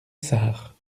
tsars